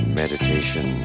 meditation